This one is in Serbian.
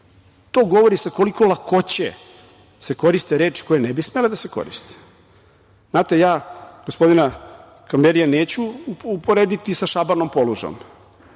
To govori sa koliko lakoće se koriste reči koje ne bi smele da se koriste. Znate, ja gospodina Kamberija neću uporediti sa Šabanom Polužom,